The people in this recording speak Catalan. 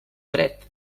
dret